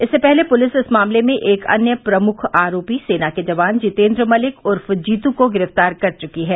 इससे पहले पुलिस इस मामले में एक अन्य प्रमुख आरोपी सेना के जवान जितेन्द्र मलिक उर्फ जीतू को गिरफ्तार कर चुकी है